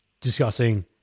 discussing